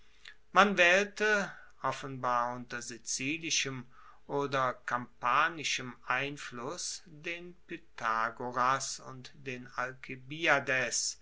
man waehlte offenbar unter sizilischem oder kampanischem einfluss den pythagoras und den alkibiades